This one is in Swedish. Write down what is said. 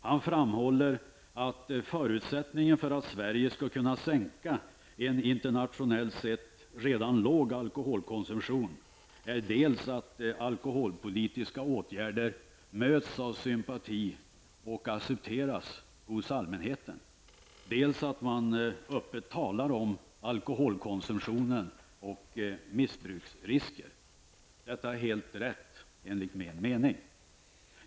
Han framhåller att förutsättningen för att vi skall kunna sänka en internationellt sett redan låg alkoholkonsumtion är dels att alkoholpolitiska åtgärder möts av sympati och acceptans hos allmänheten, dels att man öppet talar om alkoholkonsumtionen och missbruksrisken. Detta är helt riktigt enligt min uppfattning.